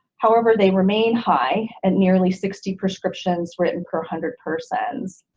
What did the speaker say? however they remain high at nearly sixty prescriptions written per hundred persons.